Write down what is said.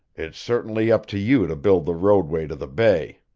it's certainly up to you to build the roadway to the bay.